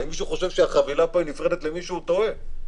אם מישהו חושב שהחבילה נפרדת למישהו, הוא טועה.